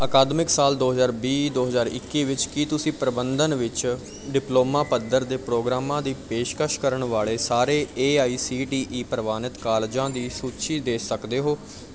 ਅਕਾਦਮਿਕ ਸਾਲ ਦੋ ਹਜ਼ਾਰ ਵੀਹ ਦੋ ਹਜ਼ਾਰ ਇੱਕੀ ਵਿੱਚ ਕੀ ਤੁਸੀਂ ਪ੍ਰਬੰਧਨ ਵਿੱਚ ਡਿਪਲੋਮਾ ਪੱਧਰ ਦੇ ਪ੍ਰੋਗਰਾਮਾਂ ਦੀ ਪੇਸ਼ਕਸ਼ ਕਰਨ ਵਾਲੇ ਸਾਰੇ A I C T E ਪ੍ਰਵਾਨਿਤ ਕਾਲਜਾਂ ਦੀ ਸੂਚੀ ਦੇ ਸਕਦੇ ਹੋ